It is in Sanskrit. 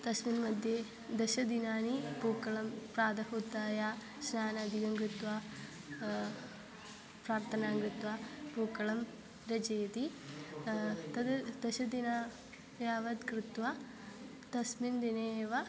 तस्मिन्मध्ये दशदिनानि पूक्कळं प्रातः उत्थाय स्नानादिकं कृत्वा प्रार्थनां कृत्वा पूक्कळं रचयति तद् दशदिनं यावत् कृत्वा तस्मिन् दिने एव